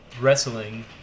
wrestling